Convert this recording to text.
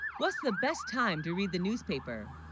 what's the best time to read the newspaper